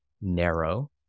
narrow